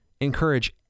encourage